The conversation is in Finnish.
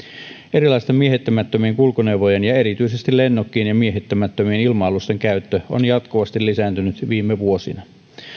erilaisten miehittämättömien kulkuneuvojen erityisesti lennokkien ja miehittämättömien ilma alusten käyttö on jatkuvasti lisääntynyt viime vuosina